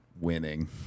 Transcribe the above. Winning